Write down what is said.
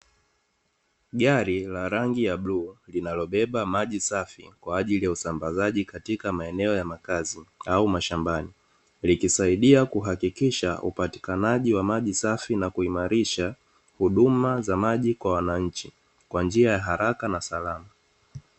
Gari la rangi ya bluu linalobeba maji safi kwa ajili ya usambazaji katika maeneo ya makazi au mashambani, likisaidia kuhakikisha upatikanaji wa maji safi na kuimarisha huduma za maji kwa wananchi kwa njia ya haraka na salama.